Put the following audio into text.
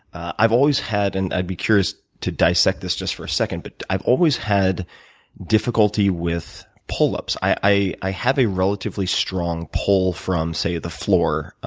i've always had, and i'd be curious to dissect this just for a second, but i've always had difficulty with pull-ups. i i have a relatively strong pull from, say, the floor,